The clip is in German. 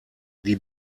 die